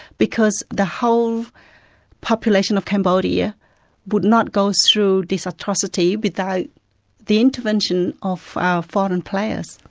because the whole population of cambodia would not go through these atrocities without the intervention of our foreign players.